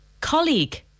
Colleague